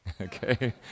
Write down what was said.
okay